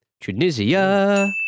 Tunisia